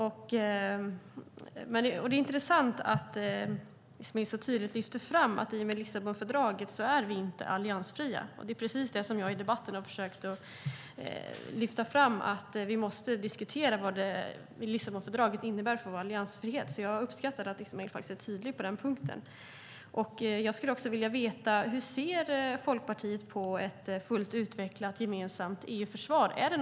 Det är intressant att Ismail Kamil så tydligt lyfter fram att vi i och med Lissabonfördraget inte är alliansfria. Det är precis det jag har försökt lyfta fram i debatten, att vi måste diskutera vad Lissabonfördraget innebär för vår alliansfrihet, så jag uppskattar att Ismail faktiskt är tydlig på den punkten. Jag skulle också vilja veta hur Folkpartiet ser på ett fullt utvecklat gemensamt EU-försvar.